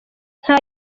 nta